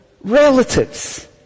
relatives